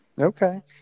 Okay